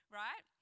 right